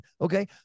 Okay